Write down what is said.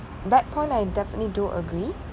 that point I definitely do agree